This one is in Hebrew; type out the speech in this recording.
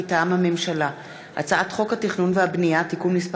מטעם הממשלה: הצעת חוק התכנון והבנייה (תיקון מס'